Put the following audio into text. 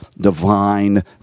divine